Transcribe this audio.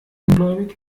ungläubig